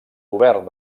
govern